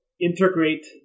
integrate